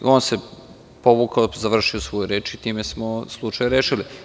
On se tada povukao, završio svoju reč i time smo slučaj rešili.